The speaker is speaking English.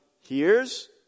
hears